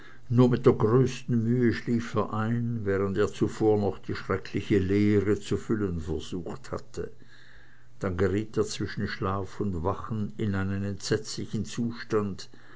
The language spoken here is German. nur mit der größten mühe schlief er ein während er zuvor noch die schreckliche leere zu füllen versucht hatte dann geriet er zwischen schlaf und wachen in einen entsetzlichen zustand